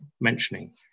mentioning